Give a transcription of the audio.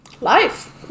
Life